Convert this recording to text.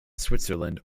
switzerland